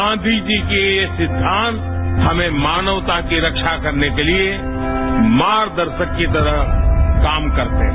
गांधी जी के ये सिद्धांत हमें मानवता की रक्षा करने के लिए मार्गदर्शक की तरह काम करते हैं